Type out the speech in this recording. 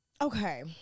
Okay